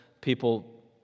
people